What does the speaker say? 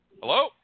Hello